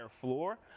floor